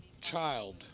Child